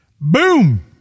Boom